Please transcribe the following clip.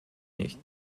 nicht